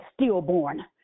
stillborn